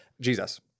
Jesus